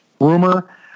rumor